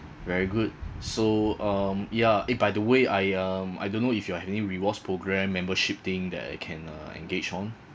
very good so um ya eh by the way I um I don't know if you have any rewards program membership thing that I can uh engage on